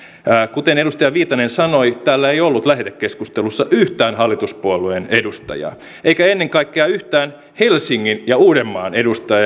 kuten edustaja viitanen sanoi täällä ei ollut lähetekeskustelussa yhtään hallituspuolueen edustajaa eikä ennen kaikkea yhtään helsingin ja uudenmaan edustajaa